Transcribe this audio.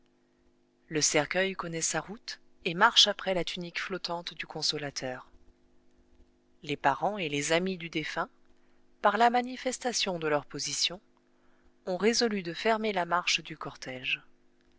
le cercueil connaît sa route et marche après la tunique flottante du consolateur les parents et les amis du défunt par la manifestation de leur position ont résolu de fermer la marche du cortège